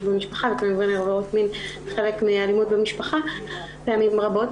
במשפחה וכמובן עבירות מין פעמים רבות